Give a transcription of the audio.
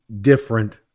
different